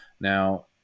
Now